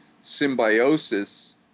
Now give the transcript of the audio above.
symbiosis